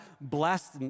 blessed